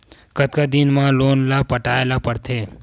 कतका दिन मा लोन ला पटाय ला पढ़ते?